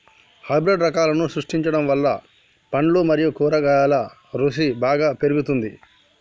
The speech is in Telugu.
హైబ్రిడ్ రకాలను సృష్టించడం వల్ల పండ్లు మరియు కూరగాయల రుసి బాగా పెరుగుతుంది